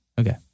okay